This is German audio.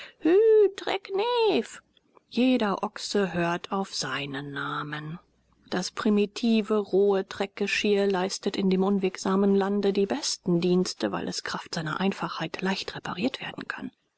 treck neef jeder ochse hört auf seinen namen das primitive rohe treckgeschirr leistet in dem unwegsamen lande die besten dienste weil es kraft seiner einfachheit leicht repariert werden kann